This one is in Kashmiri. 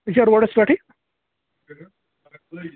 یہِ چھا روڈَس پٮ۪ٹھے